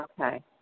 Okay